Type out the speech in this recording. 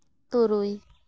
ᱛᱩᱨᱩᱭ